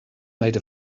made